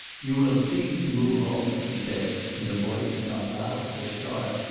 you will please to move off he said in a voice not loud but sharp.